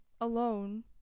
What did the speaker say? alone